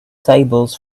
tables